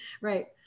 Right